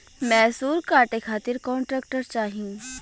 मैसूर काटे खातिर कौन ट्रैक्टर चाहीं?